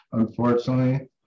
Unfortunately